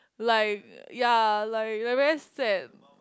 like ya like like very sad